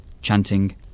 chanting